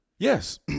Yes